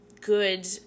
good